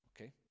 okay